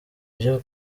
byo